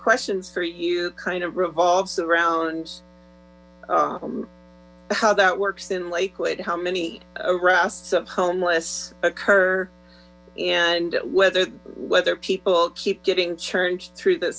questions for you kind of revolves around how that works in lakewood how many arrests of homeless occur and whether whether people keep getting churned through the